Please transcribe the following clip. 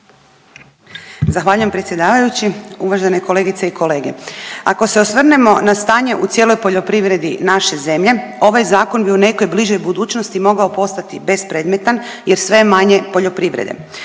Zahvaljujem predsjedavajući. Uvažene kolegice i kolege. Ako se osvrnemo na stanje u cijeloj poljoprivredi naše zemlje, ovaj Zakon bi u nekoj bližoj budućnosti mogao postati bespredmetan jer sve je manje poljoprivrede.